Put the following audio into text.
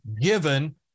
given